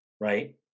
Right